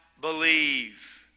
believe